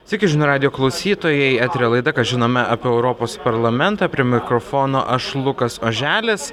sveiki žinių radijo klausytojai eteryje laida ką žinome apie europos parlamentą prie mikrofono aš lukas oželis